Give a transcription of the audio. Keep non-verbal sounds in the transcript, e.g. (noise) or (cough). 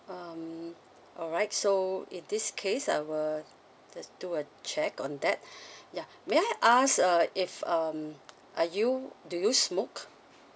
um alright so in this case I will just do a check on that (breath) ya may I ask uh if um are you do you smoke